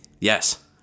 Yes